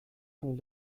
von